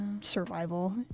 survival